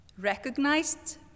recognized